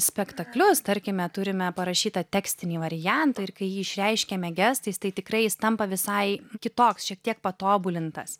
spektaklius tarkime turime parašytą tekstinį variantą ir kai jį išreiškiame gestais tai tikrai jis tampa visai kitoks šiek tiek patobulintas